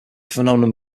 phenomenon